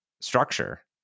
structure